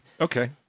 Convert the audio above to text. Okay